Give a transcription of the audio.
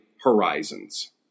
horizons